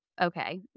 okay